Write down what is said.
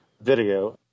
video